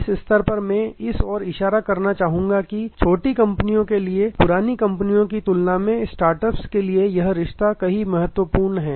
इस स्तर पर मैं इस ओर इशारा करना चाहूंगा कि छोटी कंपनियों के लिए पुरानी कंपनियों की तुलना में स्टार्टअप्स के लिए यह रिश्ता कहीं अधिक महत्वपूर्ण है